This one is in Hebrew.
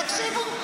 תקשיבו,